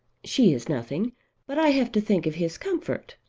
she is nothing but i have to think of his comfort.